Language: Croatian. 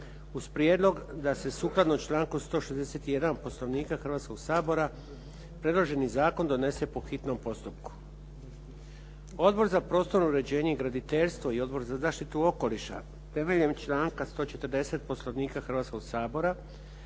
uz prijedlog da se sukladno članku 161. Poslovnika Hrvatskoga sabora predloženi zakon donese po hitnom postupku. Odbor za prostorno uređenje i graditeljstvo i Odbor za zaštitu okoliša temeljem članka 140. Poslovnika Hrvatskoga sabora